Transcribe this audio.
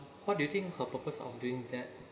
what do you think her purpose of doing that